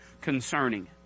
concerning